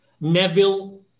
Neville